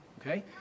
okay